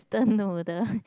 don't know the